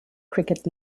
cricket